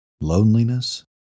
loneliness